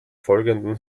folgenden